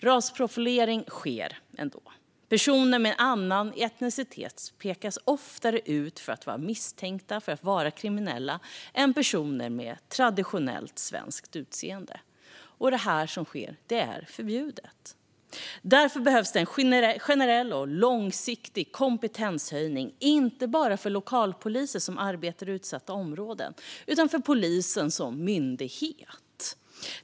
Rasprofilering sker ändå. Personer med annan etnicitet pekas oftare ut som misstänkta, att vara kriminella, än personer med traditionellt svenskt utseende. Och det är förbjudet. Därför behövs det en generell och långsiktig kompetenshöjning, inte bara för lokalpoliser som arbetar i utsatta områden utan för polisen som myndighet.